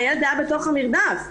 הילד היה בתוך המרדף.